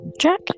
Jack